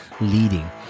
leading